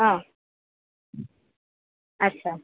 ହଁ ଆଚ୍ଛା